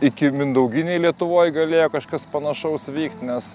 ikimindauginėj lietuvoj galėjo kažkas panašaus vykt nes